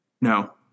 No